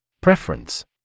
Preference